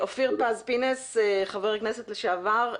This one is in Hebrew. אופיר פינס פז, חבר כנסת לשעבר.